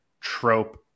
trope